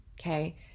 Okay